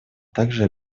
также